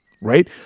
Right